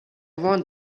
want